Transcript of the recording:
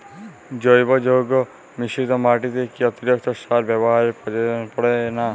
জৈব যৌগ মিশ্রিত মাটিতে কি অতিরিক্ত সার ব্যবহারের প্রয়োজন পড়ে না?